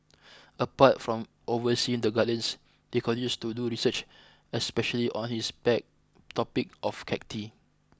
apart from overseeing the Gardens he continues to do research especially on his pet topic of cacti